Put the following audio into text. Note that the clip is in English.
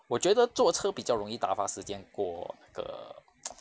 我觉得坐车比较容易打发时间过那个